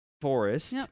forest